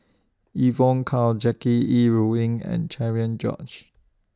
Evon Kow Jackie Yi Ru Ying and Cherian George